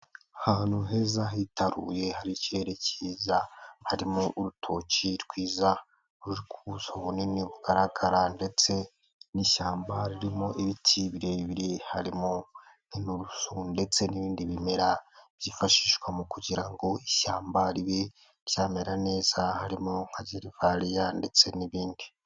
Ahantu heza hitaruye, hari icye cyiza, harimo urutoki rwiza, ruri ku buso buninikara ndetse n'ishyamba ririmo ibiti birebire, harimo inturusu ndetse n'ibindi bimera byifashishwa kugira ngo ishyamba ribe ryamera neza, harimo nka gerevariya ndetse n'ibindi.